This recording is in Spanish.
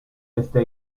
esta